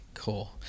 cool